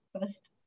first